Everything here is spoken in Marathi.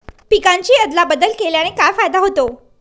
पिकांची अदला बदल केल्याने काय फायदा होतो?